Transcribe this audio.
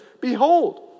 Behold